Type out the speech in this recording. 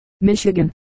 Michigan